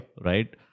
right